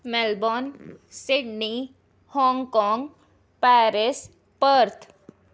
Melbourne Sydney Hong Kong Paris Perth